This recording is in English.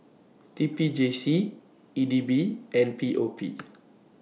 T P J C E D B and P O P